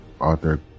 Arthur